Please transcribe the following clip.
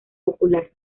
popular